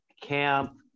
camp